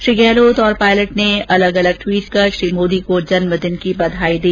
श्री गहलोत और पायलट ने अलग अलग ट्वीट कर श्री मोदी को जन्म दिन की बधाई दी